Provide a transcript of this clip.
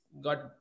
got